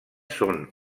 són